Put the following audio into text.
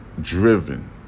Driven